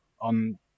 on